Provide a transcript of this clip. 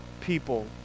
people